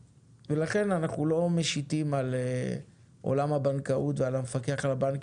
ולכן אנחנו לא משיתים על עולם הבנקאות ועל המפקח על הבנקים